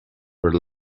were